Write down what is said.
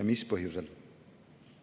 ja mis põhjusel?"